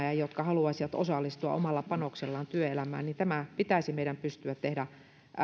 ja jotka haluaisivat osallistua omalla panoksellaan työelämään tämä pitäisi meidän pystyä tehdä